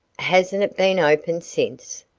has'nt it been opened since?